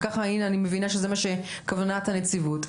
והנה אני מבינה שזו כוונת הנציבות,